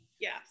Yes